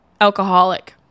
alcoholic